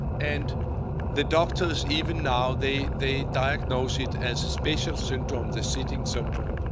and the doctors even now, they they diagnose it as spatial syndrome, the sitting syndrome.